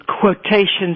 quotations